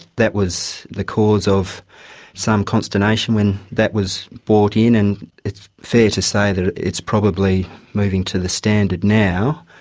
that was the cause of some consternation when that was brought in. and it's fair to say that it's probably moving to the standard now.